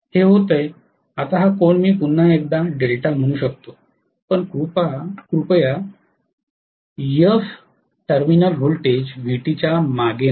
आता हा कोन मी पुन्हा एकदा δ म्हणू शकतो पण कृपया Ef टर्मिनल व्होल्टेज Vt च्या मागे नाही